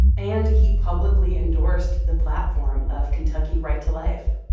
and he publicly endorsed the platform of kentucky right to life.